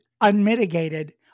Unmitigated